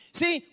see